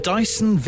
Dyson